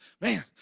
man